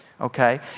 okay